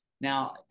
Now